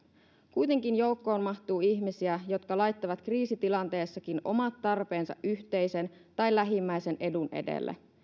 kuitenkin joukkoon mahtuu ihmisiä jotka laittavat kriisitilanteessakin omat tarpeensa yhteisen tai lähimmäisen edun edelle